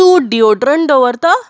तूं डिओड्रंट दवरता